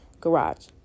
garage